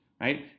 right